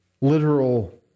literal